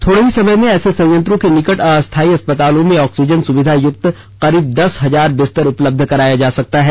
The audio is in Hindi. थोड़े ही समय में ऐसे संयंत्रों के निकट अस्थायी अस्पतालों में ऑक्सीजन सुविधा युक्त करीब दस हजार बिस्तर उपलब्ध कराए जा सकते हैं